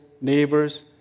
neighbors